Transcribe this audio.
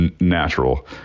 natural